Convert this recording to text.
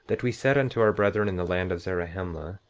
that we said unto our brethren in the land of zarahemla,